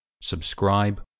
subscribe